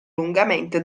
lungamente